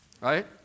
right